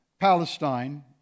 Palestine